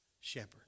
shepherd